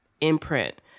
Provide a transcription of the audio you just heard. imprint